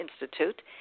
Institute